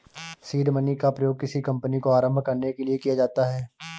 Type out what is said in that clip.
seed money का प्रयोग किसी कंपनी को आरंभ करने के लिए किया जाता है